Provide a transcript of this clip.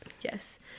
yes